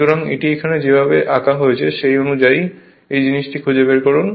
সুতরাং এটি এখানে যেভাবে আঁকা হয়েছে সেই অনুযায়ী এই জিনিসটি খুঁজে বের করুন